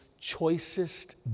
choicest